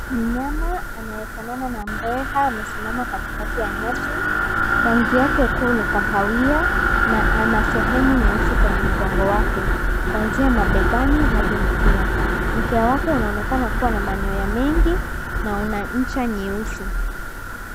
Mnyama anayefanana na mbweha amesimama katikati ya nyasi. Rangi yake kuu ni kahawia na ana sehemu nyeusi kwenye mgongo wake, kuanzia mabegani hadi kwenye mkia. Mkia wake unaonekana kuwa na manyoya mengi na una ncha nyeusi.